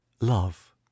love